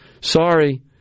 sorry